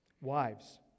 Wives